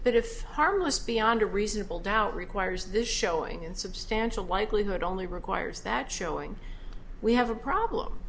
if harmless beyond a reasonable doubt requires this showing in substantial likelihood only requires that showing we have a problem